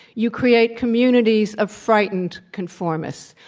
you create communities of frightened conformists.